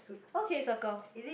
okay circle